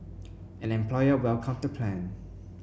an employer welcomed the plan